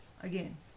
again